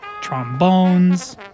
trombones